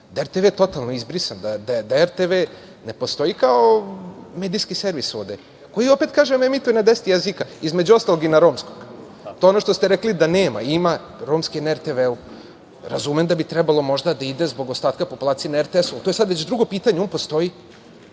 RTV totalno izbrisan, da RTV ne postoji kao medijski servis ovde koji, kažem, emituje na deset jezika, između ostalog i na romskom. To je ono što ste rekli da nema, ima romski na RTV-u. Razumem da mi možda trebalo da ide zbog ostatka populacije na RTS-u, ali to je sada drugo pitanje, on postoji.